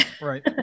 Right